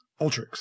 Ultrix